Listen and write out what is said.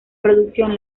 producción